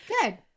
Good